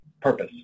Purpose